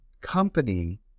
company